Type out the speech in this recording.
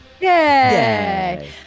Yay